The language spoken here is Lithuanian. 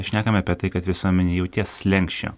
šnekame apie tai kad visuomenė jau ties slenksčiu